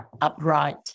upright